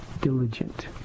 diligent